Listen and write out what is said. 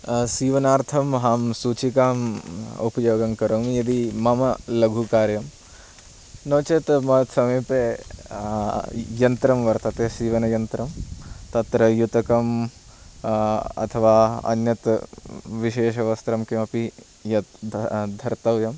सीवनार्थम् अहं सूचिकाम् उपयोगं करोमि यदि मम लघुकार्यं नो चेत् मम समीपे यन्त्रं वर्तते सीवनयन्त्रं तत्र युतकम् अथवा अन्यत् विशेषवस्त्रं किमपि यत् धर्तव्यम्